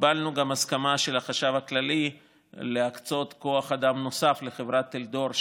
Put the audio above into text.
קיבלנו גם הסכמה של החשב הכללי להקצות כוח אדם נוסף לחברת טלדור,